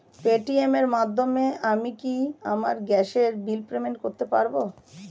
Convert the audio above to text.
Paytm এর মাধ্যমে আমি কি আমার গ্যাসের বিল পেমেন্ট করতে পারব?